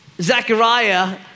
Zechariah